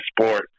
sport